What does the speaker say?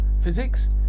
physics